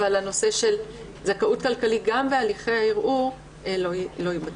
אבל הנושא של זכאות כלכלית גם בהליכי הערעור לא ייבדקו.